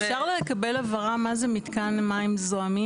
אפשר לקבל הבהרה מה זה מתקן מים מזוהמים?